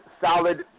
solid